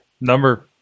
Number